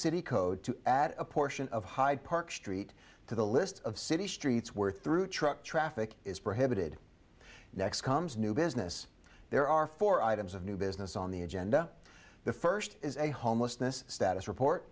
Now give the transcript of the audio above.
city code to add a portion of hyde park street to the list of city streets where through truck traffic is prohibited next comes new business there are four items of new business on the agenda the first is a homelessness status report